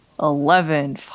Eleven